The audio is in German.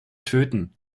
töten